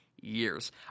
years